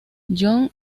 john